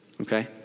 okay